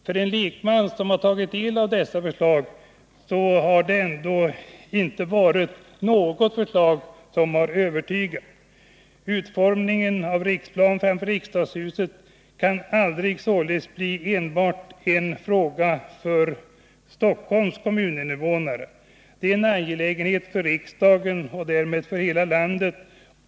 För en lekman som tagit del av dessa förslag har inte något verkat övertygande. Utformningen av Riksplan kan aldrig bli en fråga enbart för Stockholms kommuns invånare. Det är en angelägenhet för riksdagen och därmed för hela landet.